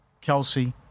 Kelsey